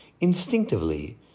instinctively